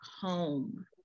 home